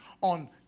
on